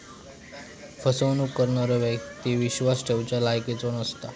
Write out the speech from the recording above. फसवणूक करणारो व्यक्ती विश्वास ठेवच्या लायकीचो नसता